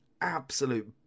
absolute